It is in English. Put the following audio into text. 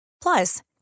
Plus